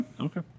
Okay